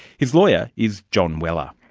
his lawyer is john weller.